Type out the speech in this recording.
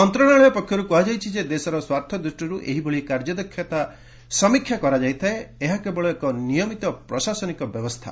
ମନ୍ତ୍ରଣାଳୟ ପକ୍ଷରୁ କୁହାଯାଇଛି ଯେ ଦେଶର ସ୍ୱାର୍ଥ ଦୃଷ୍ଟିରୁ ଏହିଭଳି କାର୍ଯ୍ୟଦକ୍ଷତା ସମୀକ୍ଷା କରାଯାଇଥାଏ ଏହା କେବଳ ଏକ ନିୟମିତ ପ୍ରଶାସନିକ ବ୍ୟବସ୍ଥା